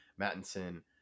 Mattinson